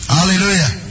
Hallelujah